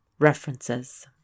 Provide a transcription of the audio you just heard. References